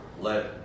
let